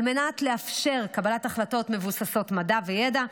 על מנת לאפשר קבלת החלטות מבוססות מדע וידע,